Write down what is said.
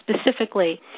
specifically